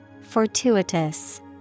Fortuitous